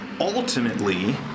ultimately